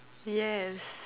yes